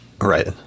Right